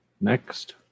Next